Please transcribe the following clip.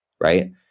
right